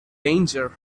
danger